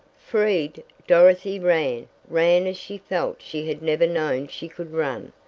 freed, dorothy ran ran as she felt she had never known she could run!